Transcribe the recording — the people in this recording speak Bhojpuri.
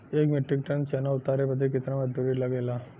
एक मीट्रिक टन चना उतारे बदे कितना मजदूरी लगे ला?